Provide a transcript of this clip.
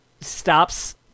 stops